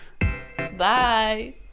Bye